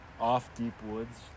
off-deep-woods